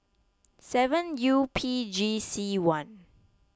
seven U P G C one